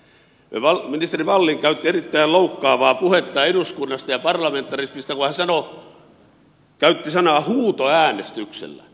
ministeri wallin käytti erittäin loukkaavaa puhetta eduskunnasta ja parlamentarismista kun hän käytti sanaa huutoäänestyksellä